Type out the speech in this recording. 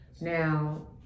Now